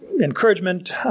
encouragement